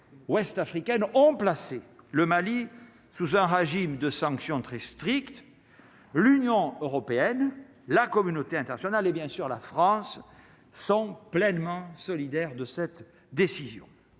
ont placé le Mali sous un régime de sanctions très strict, l'Union européenne, la communauté internationale et bien sûr la France sont pleinement solidaire de cette décision,